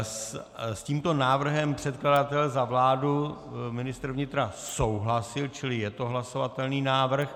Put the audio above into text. S tímto návrhem předkladatel za vládu, ministr vnitra, souhlasil, čili je to hlasovatelný návrh.